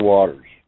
Waters